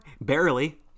Barely